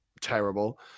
terrible